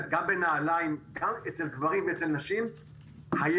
גם בנעליים, גם אצל גברים וגם אצל נשים, היה,